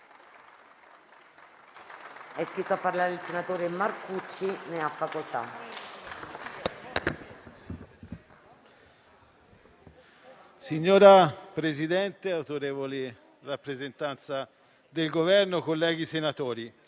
Signor Presidente, autorevoli rappresentanti del Governo, colleghi senatori,